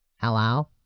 Hello